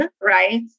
right